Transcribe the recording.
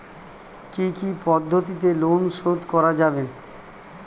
কি কি পদ্ধতিতে লোন শোধ করা যাবে?